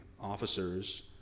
officers